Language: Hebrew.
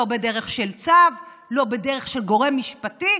לא בדרך של צו, לא בדרך של גורם משפטי,